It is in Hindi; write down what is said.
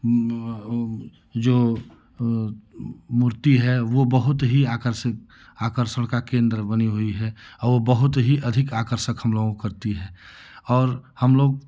ऊ ऊ जो उ मूर्ति है वो बहुत ही आकर्षित आकर्षण का केन्द्र बनी हुई है और वह बहुत ही अधिक आकर्षक वह हमलोगों को करती है और हमलोग